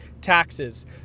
taxes